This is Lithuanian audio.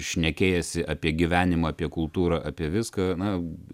šnekėjęsi apie gyvenimą apie kultūrą apie viską na